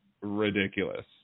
ridiculous